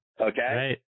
Okay